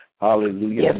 Hallelujah